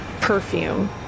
perfume